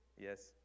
Yes